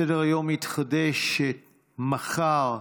סדר-היום יתחדש מחר,